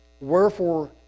Wherefore